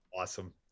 awesome